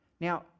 Now